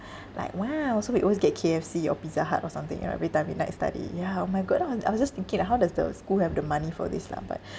like !wow! so we always get K_F_C or pizza hut or something uh every time we night study ya oh my god then I wa~ I was just thinking like how does the school have the money for this lah but